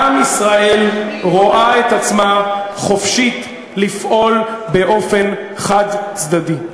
גם ישראל רואה את עצמה חופשית לפעול באופן חד-צדדי.